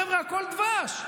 חבר'ה, הכול דבש.